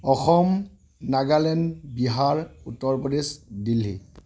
Assam Nagaland Bihar Uttar Pradesh Delhi